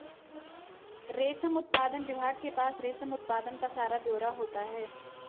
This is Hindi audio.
रेशम उत्पादन विभाग के पास रेशम उत्पादन का सारा ब्यौरा होता है